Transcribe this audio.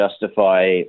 justify